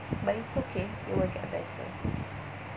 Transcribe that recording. but it's okay it will get better